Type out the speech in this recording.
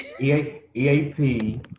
EAP